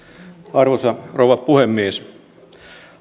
arvoisa rouva puhemies